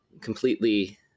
completely